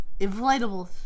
Inflatables